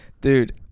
Dude